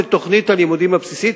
של תוכנית הלימודים הבסיסית,